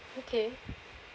okay